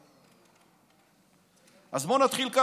נתחיל: